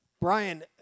Brian